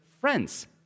friends